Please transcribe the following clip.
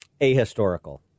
Ahistorical